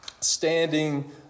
standing